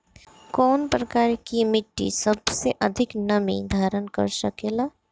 कौन प्रकार की मिट्टी सबसे अधिक नमी धारण कर सकेला?